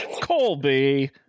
Colby